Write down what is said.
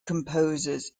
composers